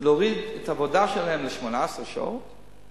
להוריד את שעות העבודה שלהם ל-18 שעות?